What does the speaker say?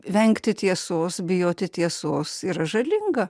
vengti tiesos bijoti tiesos yra žalinga